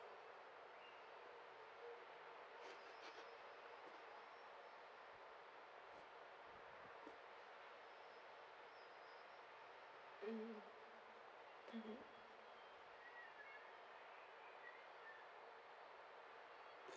mm